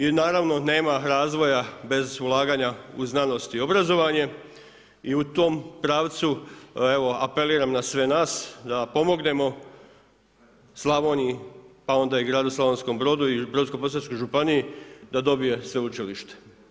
I naravno nema razvoja bez ulaganja u znanost i obrazovanje i u tom pravcu, evo apeliram na sve nas, da pomognemo Slavoniji, pa onda i gradu Slavonskom Brodu i Brodsko-posavskoj županiji da dobije sveučilište.